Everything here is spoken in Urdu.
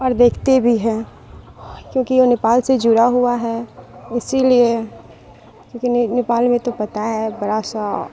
اور دیکھتے بھی ہیں کیونکہ وہ نیپال سے جڑا ہوا ہے اسی لیے کیونکہ نیپال میں تو پتا ہے بڑا سا